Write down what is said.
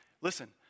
Listen